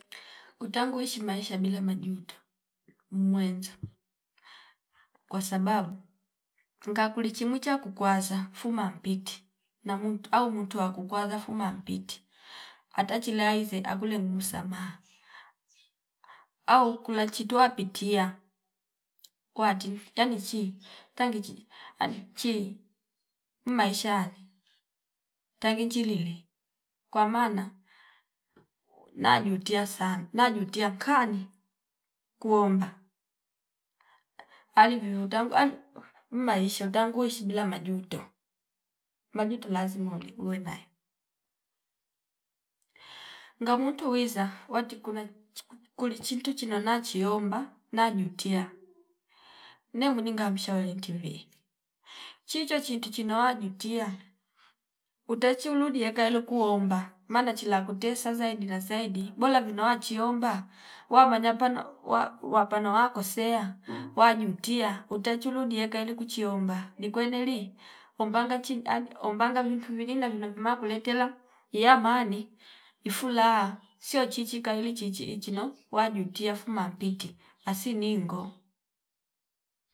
Utangu uishi maisha bila majuto umwenza kwasababu ngakuli chimwicha kukwaza fumba mpichi namuto au munto akukwaza fuma mpichi ata chile yaize akule muusamaha au kula chitwa pitia kwati yani chii tangi chii ani chii mmaisha yane tangi chilili kwa maana uunajutia sana najutia kani kuomba ali vivyuta alii mmaishi shoo tangwe ishi bila majuto, majuto ule uwe nayo. Ngamutu wiza wati kunai chiku chiku chikulichi chiti chino na chiomba najutia ne mwininga amsha wewe intivi chiche chinti chinowa jutia utachi uludia kailo kuomba maana chila kutesa zaidi na zaidi bola vino wa chiomba wa vanya pano wa- wa- wapana wakosea wajutia utachulu ludie kailu kuchi omba nikweneli ombaga chi ani ombaga vintu vinina vino vima kuletela iyamani ifulaha sio chichi kailu chichi ichino wajutia fuma ampiti asiningo